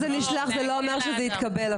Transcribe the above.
זה שזה נשלח, זה לא אומר שזה התקבל.